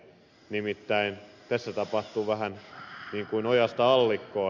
nimittäin tässä tapahtuu vähän niin kuin ojasta allikkoon